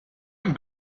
him